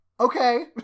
Okay